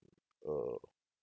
oh